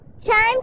Time